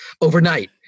overnight